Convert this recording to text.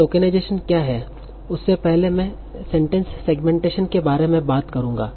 tokenization क्या है उससे पहले मैं सेंटेंस सेगमेंटेशन के बारे में बात करूंगा